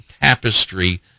tapestry